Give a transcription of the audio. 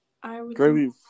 Gravy